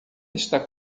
está